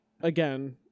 Again